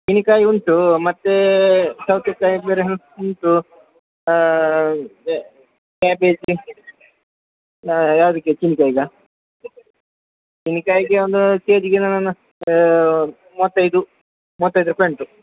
ಚೀನಿಕಾಯಿ ಉಂಟು ಮತ್ತು ಸೌತೆಕಾಯಿ ಬೇರೆ ಉಂಟು ಕ್ಯಾಬೇಜಿ ಹಾಂ ಯಾವುದಕ್ಕೆ ಚೀನಿಕಾಯಿಗಾ ಚೀನಿಕಾಯಿಗೆ ಒಂದು ಕೆ ಜಿಗೆ ಏನನ ಮೂವತ್ತೈದು ಮೂವತ್ತೈದು ರೂಪಾಯ್ ಉಂಟು